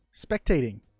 spectating